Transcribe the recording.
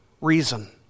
reason